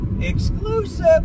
exclusive